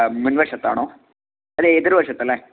മുൻവശത്താണോ അല്ലെ എതിർവശത്ത് അല്ലെ